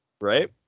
Right